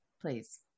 Please